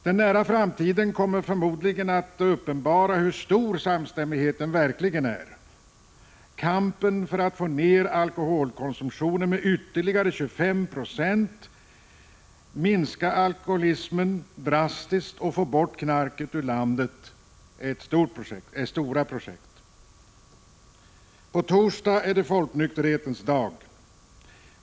Den nära framtiden kommer förmodligen att uppenbara hur stor samstämmigheten verkligen är i kampen för att få ned alkoholkonsumtionen med ytterligare 25 90, minska alkoholismen drastiskt och få bort knarket ur landet. På torsdag är det folknykterhetens dag.